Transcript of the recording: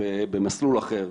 במסלול אחר,